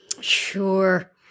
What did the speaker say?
Sure